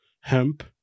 hemp